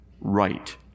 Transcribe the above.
right